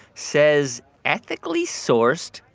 says ethically sourced,